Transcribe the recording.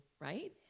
right